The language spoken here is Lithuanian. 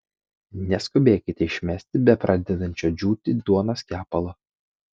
neskubėkite išmesti bepradedančio džiūti duonos kepalo